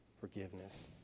forgiveness